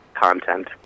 content